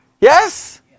Yes